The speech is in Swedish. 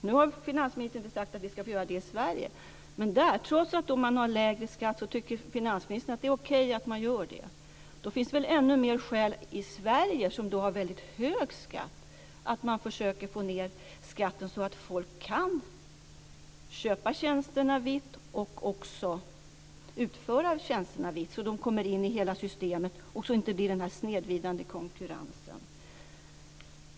Nu har finansministern inte sagt att vi ska få göra det i Sverige. Men trots att man i dessa länder har lägre skatt så tycker finansministern att det är okej att man gör det. Då finns det väl ännu fler skäl att man i Sverige, som har väldigt hög skatt, försöker få ned skatten så att människor kan köpa tjänsterna vitt och också utföra tjänsterna vitt, så att de kommer in i hela systemet och så att det inte blir denna snedvridande konkurrens.